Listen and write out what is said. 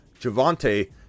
Javante